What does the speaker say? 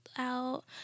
out